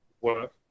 Work